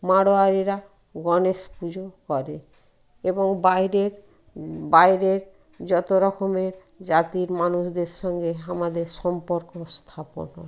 মারোয়াড়িরা গণেশ পুজো করে এবং বাইরের বাইরের যত রকমের জাতির মানুষদের সঙ্গে আমাদের সম্পর্ক স্থাপন হয়